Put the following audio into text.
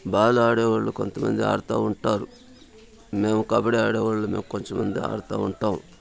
ball ఆడే వాళ్ళు కొంత మంది ఆడతా ఉంటారు మేము కబడ్డీ ఆడే వాళ్ళం మేము కొంచం ముందే ఆడతా ఉంటాం